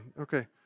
okay